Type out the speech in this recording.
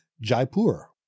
Jaipur